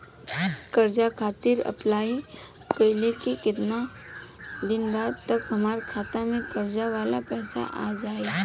कर्जा खातिर अप्लाई कईला के केतना दिन बाद तक हमरा खाता मे कर्जा वाला पैसा आ जायी?